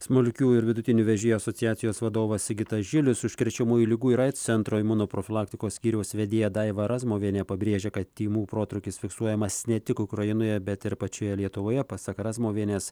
smulkių ir vidutinių vežėjų asociacijos vadovas sigitas žilius užkrečiamųjų ligų ir aids centro imunoprofilaktikos skyriaus vedėja daiva razmuvienė pabrėžia kad tymų protrūkis fiksuojamas ne tik ukrainoje bet ir pačioje lietuvoje pasak razmuvienės